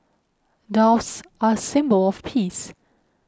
Doves are symbol of peace